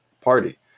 party